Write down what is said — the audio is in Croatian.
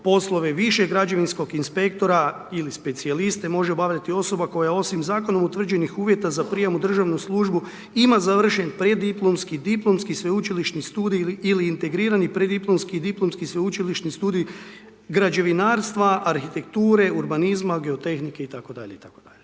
poslove višeg građevinskog inspektora ili specijaliste može obavljati osoba koja je osim zakonom utvrđenih uvjeta za prijem u državnu službu ima završen preddiplomski, diplomski, Sveučilišni studij ili integrirani preddiplomski, diplomski, Sveučilišni studij građevinarstva, arhitekture, urbanizma, geotehnike itd.